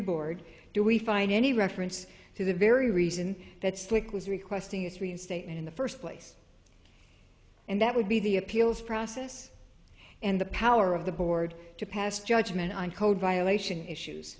board do we find any reference to the very reason that slick was requesting a three state in the first place and that would be the appeals process and the power of the board to pass judgment on code violation issues